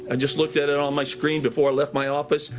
i just looked at it on my screen before i left my office.